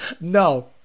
No